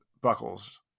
buckles